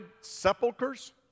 sepulchers